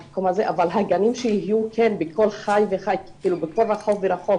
הגנים צריך שיהיו כן בכל רחוב ורחוב,